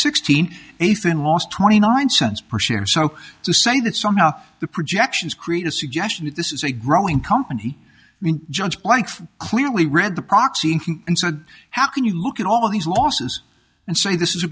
sixteen eighth and last twenty nine cents per share so to say that somehow the projections create a suggestion that this is a growing company mean judge clearly read the proxy and said how can you look at all of these losses and say this is a